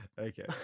Okay